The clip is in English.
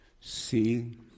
See